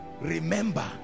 remember